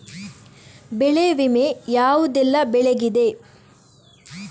ಬೆಳೆ ವಿಮೆ ಯಾವುದೆಲ್ಲ ಬೆಳೆಗಿದೆ?